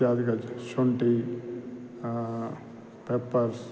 इत्यादिकं शुण्ठिः पेपर्स्